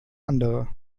andere